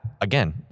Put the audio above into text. again